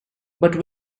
but